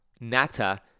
NATA